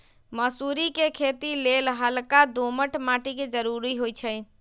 मसुरी कें खेति लेल हल्का दोमट माटी के जरूरी होइ छइ